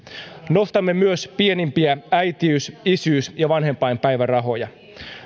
nostamme myös pienimpiä äitiys isyys ja vanhempainpäivärahoja